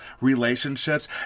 relationships